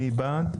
מי בעד?